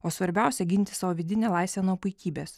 o svarbiausia ginti savo vidinę laisvę nuo puikybės